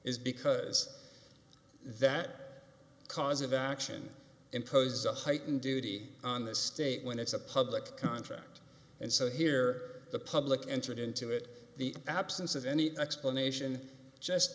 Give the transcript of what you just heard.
is because that cause of action and cause us heightened duty on the state when it's a public contract and so here the public entered into it the absence of any explanation just